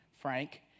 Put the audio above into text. Frank